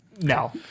No